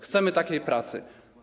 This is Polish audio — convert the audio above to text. Chcemy takiej pracy.